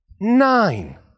Nine